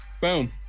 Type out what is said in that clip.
Boom